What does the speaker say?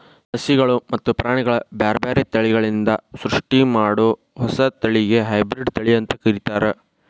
ಸಸಿಗಳು ಮತ್ತ ಪ್ರಾಣಿಗಳ ಬ್ಯಾರ್ಬ್ಯಾರೇ ತಳಿಗಳಿಂದ ಸೃಷ್ಟಿಮಾಡೋ ಹೊಸ ತಳಿಗೆ ಹೈಬ್ರಿಡ್ ತಳಿ ಅಂತ ಕರೇತಾರ